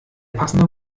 passende